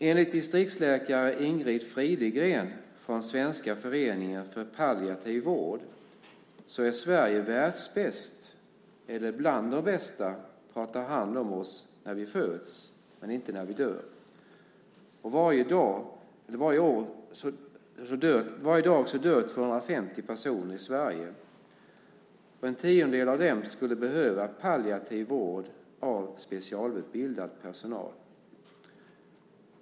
Enligt distriktsläkare Ingrid Fridegren från Svensk förening för palliativ medicin är Sverige världsbäst, eller bland de bästa, på att ta hand om oss när vi föds, men inte när vi dör. Varje dag dör 250 personer i Sverige. En tiondel av dem skulle behöva palliativ vård av specialutbildad personal.